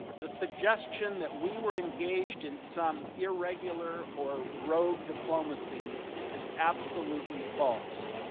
the suggestion that we were engaged in some irregular or rogue diplomacy is absolutely false.